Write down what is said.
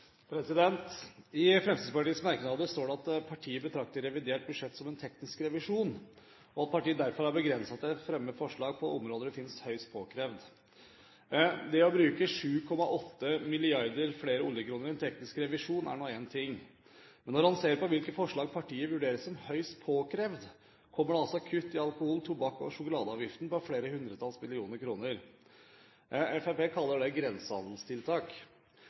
at partiet «betrakter revidert budsjett som en teknisk revisjon», og at partiet derfor har «begrenset seg til å fremme forslag på de områder disse medlemmer finner det høyst påkrevd». Det å bruke 7,8 milliarder flere oljekroner i en teknisk revisjon er nå én ting, men når en ser på hvilke forslag partiet vurderer som «høyst påkrevd», er det kutt i alkoholavgiften, tobakksavgiften og sjokoladeavgiften på flere hundretalls millioner kroner. Fremskrittspartiet kaller det grensehandelstiltak.